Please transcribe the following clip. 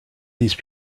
these